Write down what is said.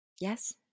Yes